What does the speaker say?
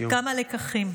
כמה לקחים: